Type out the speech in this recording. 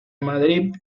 madrid